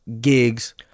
gigs